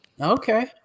okay